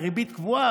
ריבית קבועה,